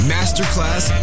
Masterclass